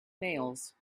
nails